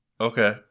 okay